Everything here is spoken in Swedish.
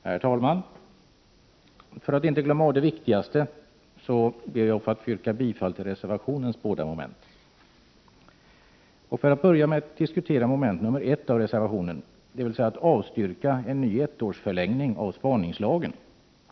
Herr talman! För att inte glömma bort det viktigaste ber jag härmed att få yrka bifall till reservationens båda moment. Till att börja med vill jag diskutera reservation 1, vari avstyrks en ny ettårsförlängning av spaningslagen.